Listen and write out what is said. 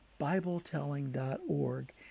BibleTelling.org